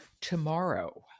tomorrow